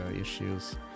issues